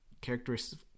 characteristic